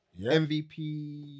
MVP